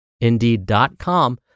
Indeed.com